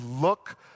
look